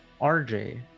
RJ